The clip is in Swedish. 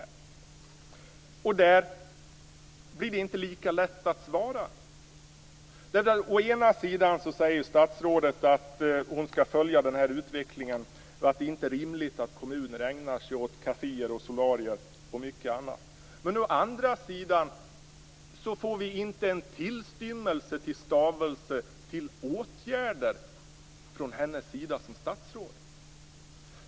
På den frågan blir det inte lika lätt att svara. Å ena sidan säger statsrådet att hon skall följa utvecklingen och att det inte är rimligt att kommuner ägnar sig åt kaféer och solarier och mycket annat. Å andra sidan får vi inte en tillstymmelse till stavelse när det gäller åtgärder från henne som statsråd.